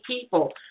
people